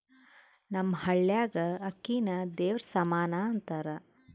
ನಮ್ಮ ಹಳ್ಯಾಗ ಅಕ್ಕಿನ ದೇವರ ಸಮಾನ ಅಂತಾರ